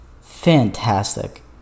Fantastic